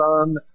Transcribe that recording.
son